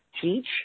teach